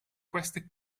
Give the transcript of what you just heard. queste